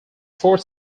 four